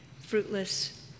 fruitless